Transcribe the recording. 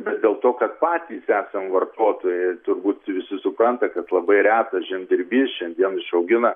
bet dėl to kad patys esam vartotojai turbūt visi supranta kad labai retas žemdirbys šiandien išaugina